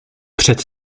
před